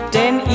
Denn